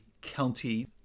county